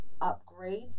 upgrade